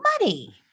money